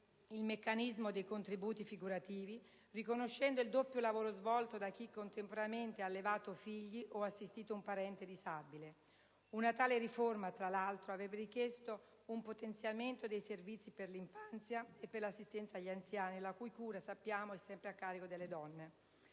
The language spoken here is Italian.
il meccanismo dei contributi figurativi, riconoscendo il doppio lavoro svolto da chi contemporaneamente ha allevato figli o assistito un parente disabile. Una tale riforma, tra l'altro, avrebbe richiesto un potenziamento dei servizi per l'infanzia e per l'assistenza agli anziani, la cui cura sappiamo essere sempre a carico delle donne.